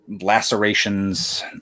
lacerations